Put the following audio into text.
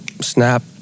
snap